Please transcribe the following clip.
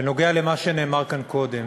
בנוגע למה שנאמר כאן קודם,